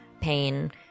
pain